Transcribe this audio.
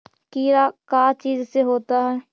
कीड़ा का चीज से होता है?